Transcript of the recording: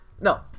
no